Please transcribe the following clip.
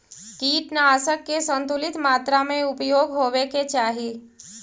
कीटनाशक के संतुलित मात्रा में उपयोग होवे के चाहि